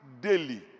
daily